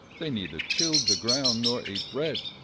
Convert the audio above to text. they neither tilled the ground, nor ate bread.